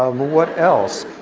um what else?